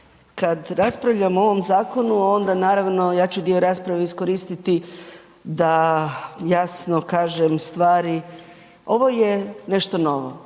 kada raspravljamo o ovom zakonu onda naravno ja ću dio rasprave iskoristiti da jasno kažem stvari. Ovo je nešto novo,